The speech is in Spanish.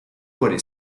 por